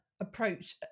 approach